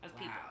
Wow